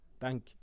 Thank